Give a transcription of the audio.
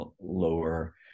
lower